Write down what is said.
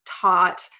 taught